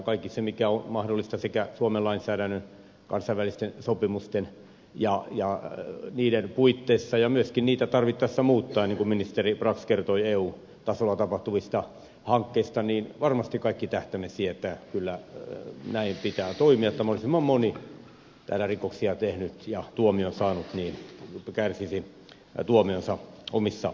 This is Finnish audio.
kaikki se mikä on mahdollista sekä suomen lainsäädännön kansainvälisten sopimusten ja niiden puitteissa ja myöskin niitä tarvittaessa muuttaen niin kun ministeri brax kertoi eu tasolla tapahtuvista hankkeista niin varmasti kaikki tähtää siihen että kyllä näin pitää toimia että mahdollisimman moni täällä rikoksia tehnyt ja tuomion saanut kärsisi tuomionsa omassa maassaan